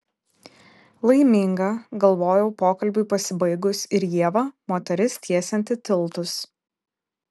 laiminga galvojau pokalbiui pasibaigus ir ieva moteris tiesianti tiltus